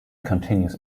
continues